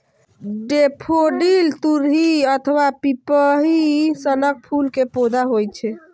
daffodil तुरही अथवा पिपही सनक फूल के पौधा होइ छै